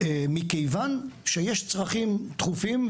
מכיוון שיש צרכים דחופים,